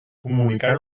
comunicar